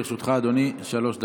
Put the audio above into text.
לרשותך, אדוני, שלוש דקות,